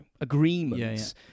agreements